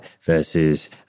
versus